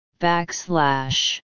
backslash